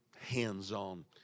hands-on